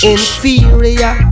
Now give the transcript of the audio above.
Inferior